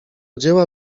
dzieła